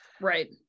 Right